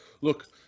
look